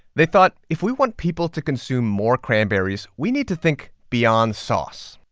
they thought, if we want people to consume more cranberries, we need to think beyond sauce.